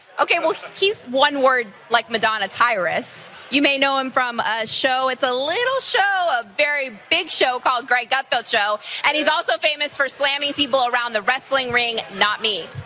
okay, well, he's one word like madonna tyrus. you may know him from a show. it's a little show, a very big show called greg gutfeld show and he's also famous for slamming people around the wrestling ring, not me.